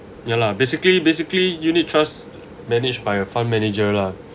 ya lah basically basically unit trust managed by a fund manager lah